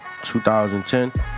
2010